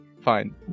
Fine